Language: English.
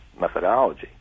methodology